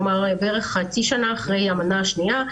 כלומר בערך חצי שנה אחרי המנה השנייה,